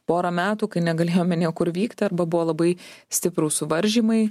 porą metų kai negalėjome niekur vykti arba buvo labai stiprūs suvaržymai